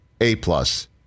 A-plus